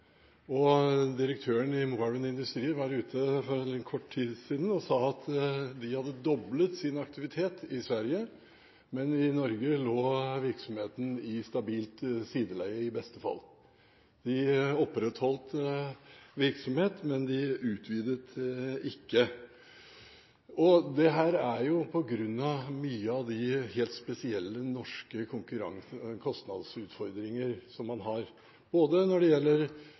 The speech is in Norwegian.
Direktøren i Moelven Industrier var ute for kort tid siden og sa at de hadde doblet sin aktivitet i Sverige, men i Norge lå virksomheten i stabilt sideleie, i beste fall. De opprettholdt virksomhet, men de utvidet ikke. Dette er på grunn av mange av de helt spesielle norske kostnadsutfordringene man har, ikke bare når det gjelder